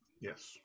Yes